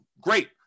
Great